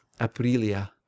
Aprilia